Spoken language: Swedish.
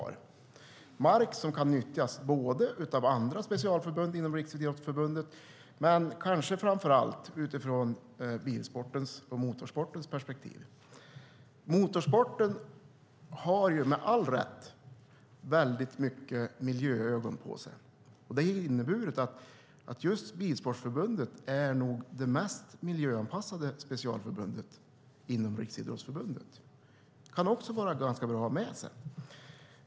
Det är mark som kan nyttjas både av andra specialförbund inom Riksidrottsförbundet och, kanske framför allt, utifrån bilsportens och motorsportens perspektiv. Motorsporten har med all rätt väldigt många miljöögon på sig. Det har inneburit att just Bilsportförbundet nog är det mest miljöanpassade specialförbundet inom Riksidrottsförbundet. Det kan också vara ganska bra att ha med sig.